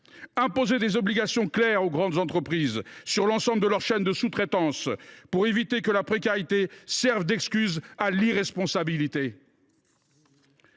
imposer des obligations claires aux grandes entreprises sur l’ensemble de leur chaîne de sous traitance pour éviter que la précarité ne serve d’excuse à l’irresponsabilité.